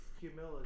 humility